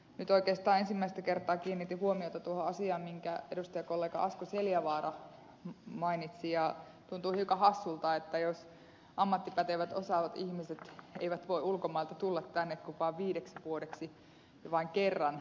nyt oikeastaan ensimmäistä kertaa kiinnitin huomiota tuohon asiaan minkä edustajakollega asko seljavaara mainitsi ja tuntuu hiukan hassulta jos ammattipätevät osaavat ihmiset eivät voi ulkomailta tulla tänne kuin vain viideksi vuodeksi ja vain kerran